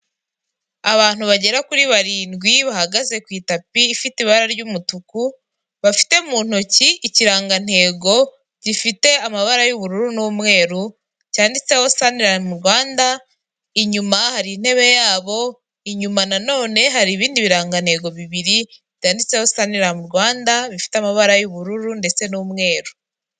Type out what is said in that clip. Abantu bagera kuri barindwi bahagaze ku itapi ifite ibara ry'umutuku. Bafite mu ntoki ikirangantego gifite amabara y'ubururu n'umweru cyanditseho saniramu Rwanda, inyuma hari intebe yabo, inyuma na none hari ibindi birangantego bibiri byanditseho saniramu Rwanda bigite amabara y'ubururu ndetse n'umweru.